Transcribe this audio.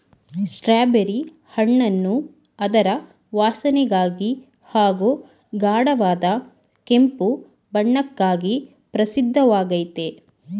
strawberry ಹಣ್ಣನ್ನು ಅದರ ವಾಸನೆಗಾಗಿ ಹಾಗೂ ಗಾಢವಾದ ಕೆಂಪು ಬಣ್ಣಕ್ಕಾಗಿ ಪ್ರಸಿದ್ಧವಾಗಯ್ತೆ